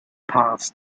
pass